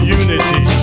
unity